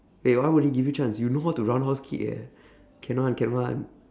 wait why would he give you chance you know how to round house kick eh can [one] can [one]